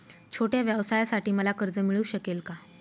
छोट्या व्यवसायासाठी मला कर्ज मिळू शकेल का?